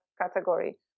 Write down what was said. category